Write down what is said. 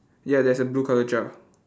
ya there's a blue colour jar